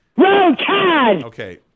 Okay